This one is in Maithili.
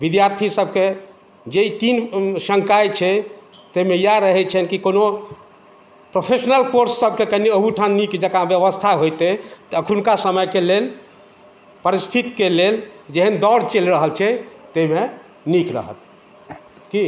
विद्यार्थी सबके जे तीन संकाय छै ताहिमे इएह रहै छनि कि कोनो प्रोफेशनल कोर्स सबके कनि अहूठाम नीक जकाँ बेबस्था होइतै तऽ एखुनका समयके लेल परिस्थितिके लेल जेहन दौर चलि रहल छै ताहिमे नीक रहत कि